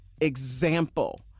example